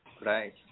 right